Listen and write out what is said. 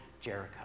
jericho